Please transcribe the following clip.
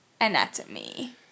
anatomy